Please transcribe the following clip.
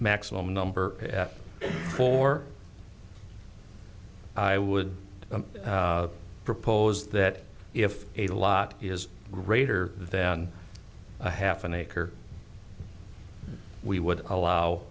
maximum number for i would propose that if a lot is greater than a half an acre we would allow